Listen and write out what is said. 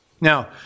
Now